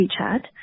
WeChat